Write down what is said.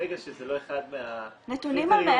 ברגע שזה לא אחד מהקריטריונים --- סליחה,